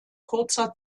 kurzer